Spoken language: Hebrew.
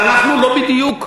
אבל אנחנו לא בדיוק,